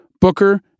Booker